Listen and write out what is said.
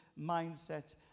mindset